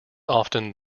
often